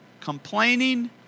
Complaining